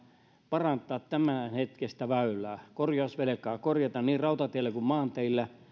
parantaa tämänhetkistä väylää korjausvelkaa korjata niin rautatiellä kuin maanteillä